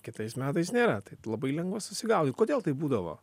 kitais metais nėra taip labai lengva susigaudyt kodėl taip būdavo